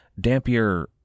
Dampier